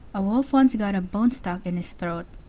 a wolf once got a bone stuck in his throat.